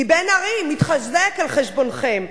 כי בן-ארי מתחזק על חשבונכם,